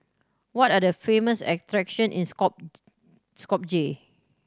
what are the famous attraction is Skopje